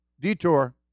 detour